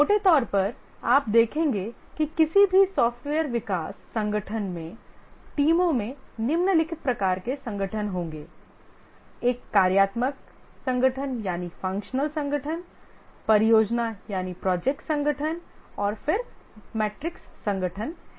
मोटे तौर पर आप देखेंगे कि किसी भी सॉफ्टवेयर विकास संगठन में टीमों में निम्नलिखित प्रकार के संगठन होंगे एक कार्यात्मक संगठन परियोजना संगठन और फिर मैट्रिक्स संगठन है